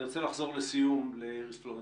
אני רוצה לחזור לאיריס פלורנטין.